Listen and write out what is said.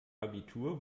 abitur